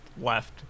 left